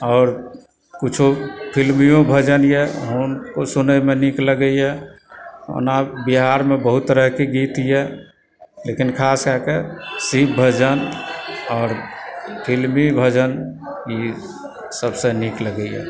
और किछु फिल्मीयो भजन यऽ धुन ओ सुनैमे नीक लगैया ओना बिहारमे बहुत तरहकेँ गीत यऽ लेकिन खास कए कऽ शिव भजन और फिल्मी भजन ई सबसँ नीक लगैया